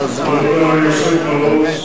הוא נותן לך לטאטא כל היום,